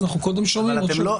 אז אנחנו קודם שומעים אנשים מקצוע.